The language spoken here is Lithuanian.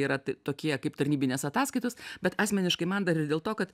yra tokie kaip tarnybinės ataskaitos bet asmeniškai man dar ir dėl to kad